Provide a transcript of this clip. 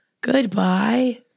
Goodbye